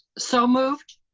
so moved.